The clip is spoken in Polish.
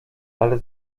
ale